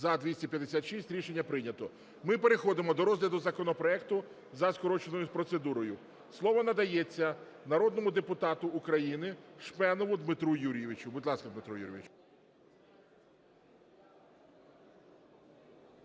За – 256 Рішення прийнято. Ми переходимо до розгляду законопроекту за скороченою процедурою. Слово надається народному депутату України Шпенову Дмитру Юрійович. Будь ласка, Дмитро Юрійович.